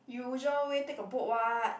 usual way take a boat [what]